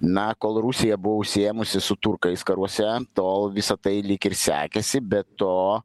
na kol rusija buvo užsiėmusi su turkais karuose tol visa tai lyg ir sekėsi be to